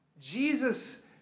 Jesus